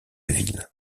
ville